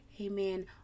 Amen